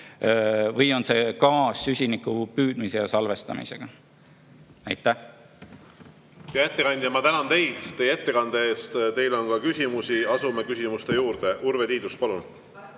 gaas koos süsiniku püüdmise ja salvestamisega? Aitäh! Hea ettekandja, ma tänan teid teie ettekande eest! Teile on ka küsimusi. Asume küsimuste juurde. Urve Tiidus, palun!